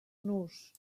nus